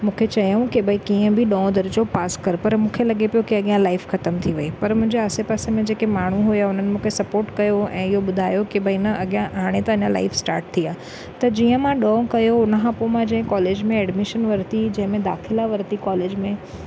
मूंखे चयऊं कि भई कीअं बि ॾहों दर्ज़ो पास करि पर मूंखे लॻे पियो कि अॻियां लाइफ़ ख़तम थी वई पर मुंहिंजे आसे पासे में जेके माण्हू हुआ उन्हनि मूंखे सपोर्ट कयो ऐं इहो ॿुधायो कि भाइ न अॻियां हाणे त अञां लाइफ स्टार्ट थी आहे त जीअं मां ॾहों कयो उन खां पोइ मां जंहिं कॉलेज में एडमिशन वरिती जंहिंमे दाख़िला वरिती कॉलेज में